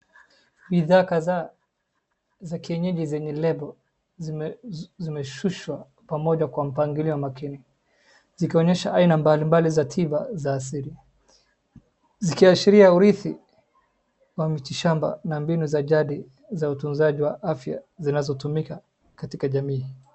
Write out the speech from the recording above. Bidhaa kadhaa za kienyeji zenye lengo zimeshushwa pamoja kwa mpangilio wamakini, zikionyesha aina mbali mbali za tiba za asili, zikiashiria uridhi wa mitishamba na mbinu za ujadi za utunzaji wa afya zinazotumika katika jamii.